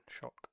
shock